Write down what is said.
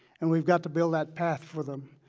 and we've got to build that path for them,